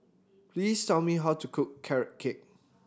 please tell me how to cook Carrot Cake